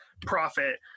profit